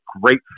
great